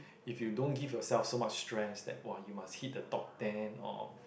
if you don't give yourself so much stress like !wah! you must hit the top ten or